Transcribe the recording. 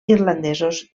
irlandesos